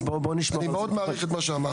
אז בוא נשמע --- אני מאוד מעריך את מה שאמרת.